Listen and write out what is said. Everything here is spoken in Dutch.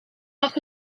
mag